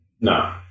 No